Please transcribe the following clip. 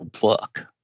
book